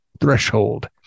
threshold